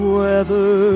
weather